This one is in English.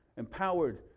empowered